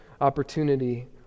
opportunity